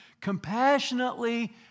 compassionately